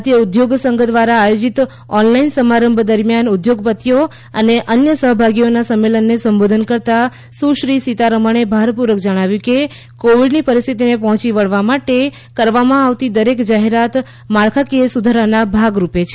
ભારતીય ઉદ્યોગ સંઘ દ્વારા આયોજીત ઓનલાઈન સમારંભ દરમિયાન ઉદ્યોગપતિઓ અને અન્ય સહભાગીઓના સમ્મેલનને સંબોધન કરતાં સુશ્રી સીતારમણે ભારપૂર્વક જણાવ્યું કે કોવિડની પરિસ્થિતિને પહોંચી વળવા માટે કરવામાં આવતી દરેક જાહેરાત માળખાકીય સુધારાના ભાગ રૂપે છે